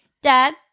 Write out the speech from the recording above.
Dad